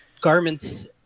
garments